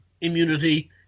immunity